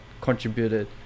contributed